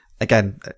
again